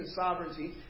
sovereignty